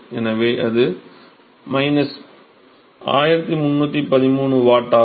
எனவே அது 1313 watt ஆகும்